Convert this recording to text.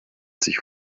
sich